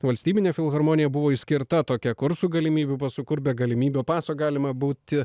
valstybinė filharmonija buvo išskirta tokia kur su galimybių pasu kur be galimybio paso galima būti